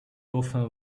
often